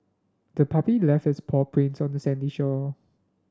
the puppy left its paw prints on the sandy shore